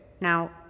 Now